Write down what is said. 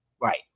Right